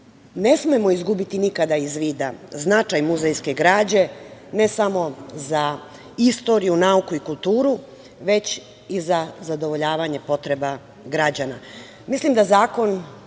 Ne smemo izgubiti nikada iz vida značaj muzejske građe, ne samo za istoriju, nauku i kulturu, već i za zadovoljavanje potreba građana. Mislim da zakon